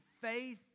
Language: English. faith